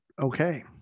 Okay